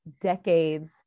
decades